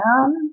down